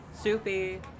Soupy